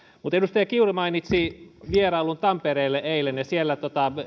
edustaja kiuru mainitsi eilisen vierailun tampereelle ja siellä